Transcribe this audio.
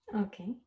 Okay